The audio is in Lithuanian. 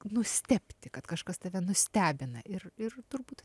nustebti kad kažkas tave nustebina ir ir turbūt